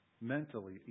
mentally